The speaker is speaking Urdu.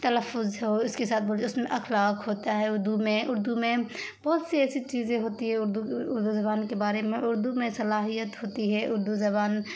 تلفظ ہو اس کے ساتھ بولی اس میں اخلاق ہوتا ہے اردو میں اردو میں بہت سی ایسی چیزیں ہوتی ہے اردو اردو زبان کے بارے میں اردو میں صلاحیت ہوتی ہے اردو زبان